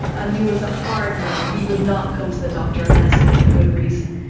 and he was a hard man, he would not come to the doctor unless he had a good reason.